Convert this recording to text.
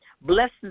Blessings